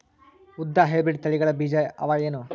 ಉದ್ದ ಹೈಬ್ರಿಡ್ ತಳಿಗಳ ಬೀಜ ಅವ ಏನು?